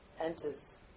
enters